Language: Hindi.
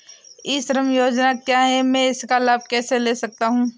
ई श्रम योजना क्या है मैं इसका लाभ कैसे ले सकता हूँ?